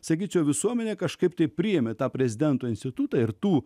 sakyčiau visuomenė kažkaip tai priėmė tą prezidento institutą ir tų